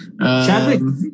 Chadwick